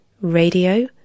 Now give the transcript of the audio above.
radio